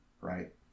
right